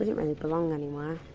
really belong anywhere.